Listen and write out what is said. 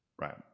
right